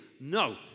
No